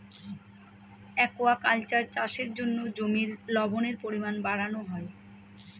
aquaculture চাষের জন্য জমির লবণের পরিমান বাড়ানো হয়